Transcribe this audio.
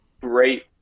Great